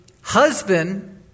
husband